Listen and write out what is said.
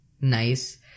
nice